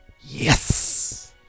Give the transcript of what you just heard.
yes